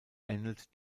ähnelt